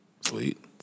Sweet